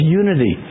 unity